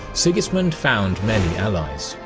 sigismund found many allies.